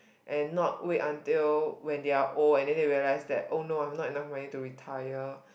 and not wait until when they are old and then they realize that oh no I have no enough money to retire